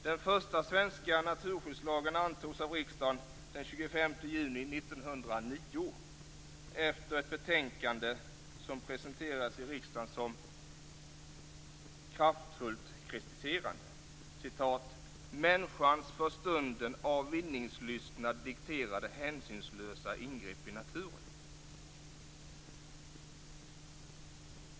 Den första svenska naturskyddslagen antogs av riksdagen den 25 juni 1909, efter att ett betänkande presenterats i riksdagen där man kraftfullt kritiserade "människans för stunden av vinningslystnad dikterade hänsynslösa ingrepp i naturen".